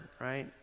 right